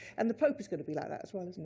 and the pope is gonna be like that as well, isn't